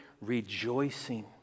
rejoicing